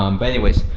um but anyways,